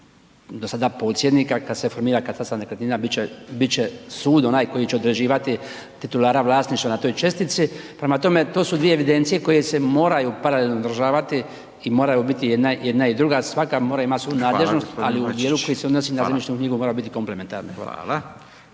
posjednika, kad se formira katastar nekretnina, bit će, bit će sud onaj koji će određivati titulara vlasništva na toj čestici, prema tome to su dvije evidencije koje se moraju paralelno održavati i moraju biti jedna, jedna i druga svaka moraju imat svoju nadležnost …/Upadica: Hvala gospodine Bačić./… ali u dijelu koji se odnosi na zemljišnu knjigu moraju biti komplementarne.